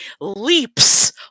Leaps